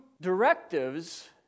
directives